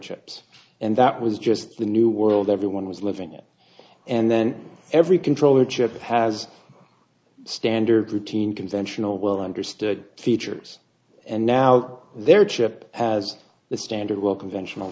chips and that was just the new world everyone was living in and then every controller chip has a standard routine conventional well understood features and now there chip has the standard welcome vention al